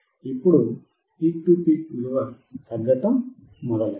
ఇప్పుడు peak to peak విలువ తగ్గటం మొదలైంది